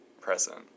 present